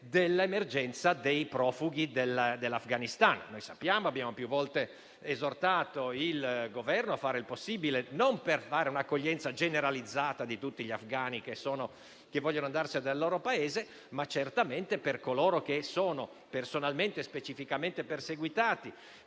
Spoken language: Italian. dell'emergenza dei profughi dell'Afghanistan. Abbiamo più volte esortato il Governo a fare il possibile non per fare un'accoglienza generalizzata di tutti gli afghani che vogliono andarsene dal proprio Paese, ma certamente per coloro che sono personalmente e specificamente perseguitati,